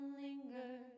linger